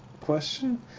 question